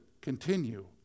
continue